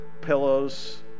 pillows